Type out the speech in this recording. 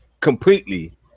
completely